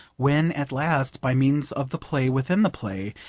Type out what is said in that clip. when, at last, by means of the play within the play,